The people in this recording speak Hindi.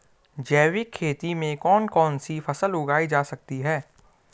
जैविक खेती में कौन कौन सी फसल उगाई जा सकती है?